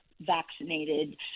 vaccinated